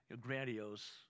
grandiose